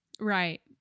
Right